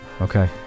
Okay